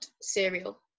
cereal